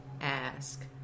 Ask